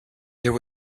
there